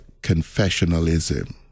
confessionalism